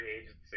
agency